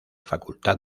facultad